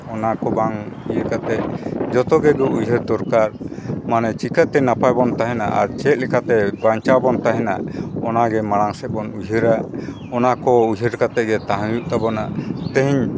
ᱚᱱᱟ ᱠᱚ ᱵᱟᱝ ᱤᱭᱟᱹ ᱠᱟᱛᱮᱫ ᱡᱚᱛᱚ ᱠᱚᱜᱮ ᱩᱭᱦᱟᱹᱨ ᱫᱚᱨᱠᱟᱨ ᱢᱟᱱᱮ ᱪᱤᱠᱟᱹᱛᱮ ᱱᱟᱯᱟᱭ ᱵᱚᱱ ᱛᱟᱦᱮᱱᱟ ᱟᱨ ᱪᱮᱫᱠᱟᱛᱮ ᱵᱟᱧᱪᱟᱣ ᱵᱚᱱ ᱛᱟᱦᱮᱱᱟ ᱚᱱᱟᱜᱮ ᱢᱟᱲᱟᱝ ᱥᱮᱫ ᱵᱚᱱ ᱩᱭᱦᱟᱹᱨᱟ ᱚᱱᱟ ᱠᱚ ᱩᱭᱦᱟᱹᱨ ᱠᱟᱛᱮᱫ ᱜᱮ ᱛᱟᱦᱮᱱ ᱦᱩᱭᱩᱜ ᱛᱟᱵᱚᱱᱟ ᱛᱮᱦᱮᱧ